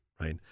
right